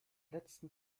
letzten